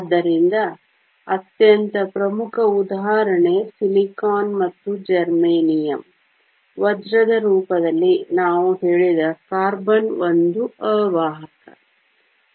ಆದ್ದರಿಂದ ಅತ್ಯಂತ ಪ್ರಮುಖ ಉದಾಹರಣೆ ಸಿಲಿಕಾನ್ ಮತ್ತು ಜರ್ಮೇನಿಯಮ್ ವಜ್ರದ ರೂಪದಲ್ಲಿ ನಾವು ಹೇಳಿದ ಕಾರ್ಬನ್ ಒಂದು ಅವಾಹಕ